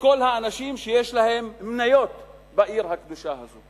כל האנשים שיש להם מניות בעיר הקדושה הזו.